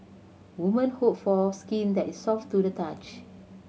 women hope for skin that is soft to the touch